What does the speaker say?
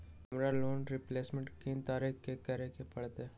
हमरा loan repayment कोन तारीख के करे के परतई?